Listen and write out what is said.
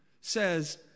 says